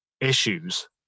issues